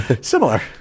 Similar